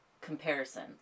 comparison